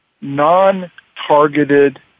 non-targeted